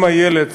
אם הילד